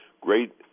great